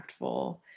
impactful